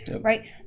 right